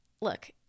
look